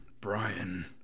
Brian